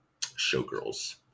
Showgirls